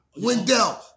Wendell